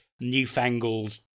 newfangled